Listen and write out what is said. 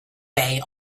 bay